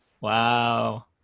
Wow